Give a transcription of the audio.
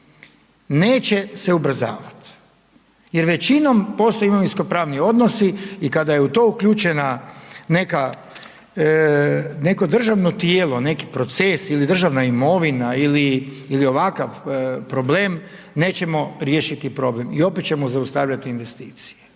neće se ubrzavat jer većinom postoje imovinsko-pravni odnosi, i kada je u to uključena neka, neko državno tijelo, neki proces ili državna imovina, ili ovakav problem, nećemo riješiti problem, i opet ćemo zaustavljati investicije.